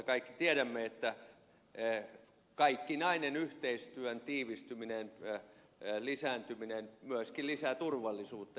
kaikki tiedämme että kaikkinainen yhteistyön tiivistyminen lisääntyminen myöskin lisää turvallisuutta